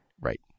Right